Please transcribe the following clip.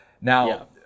Now